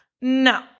no